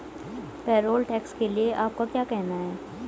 Payroll tax के लिए आपका क्या कहना है?